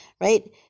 right